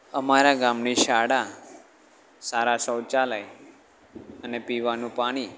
અમારા ગામની શાળા સારાં શૌચાલય અને પીવાનું પાણી